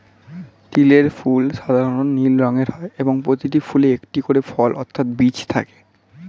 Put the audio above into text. তিলের ফুল সাধারণ নীল রঙের হয় এবং প্রতিটি ফুলে একটি করে ফল অর্থাৎ বীজ থাকে